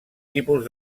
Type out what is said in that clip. tipus